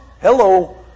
Hello